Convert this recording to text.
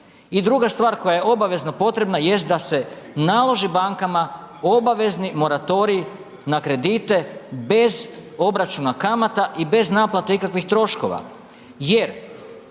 I druga stvar koja je obavezno potrebna jest da se naloži bankama obavezni moratorij na kredite bez obračuna kamata i bez naplate ikakvih troškova. Jer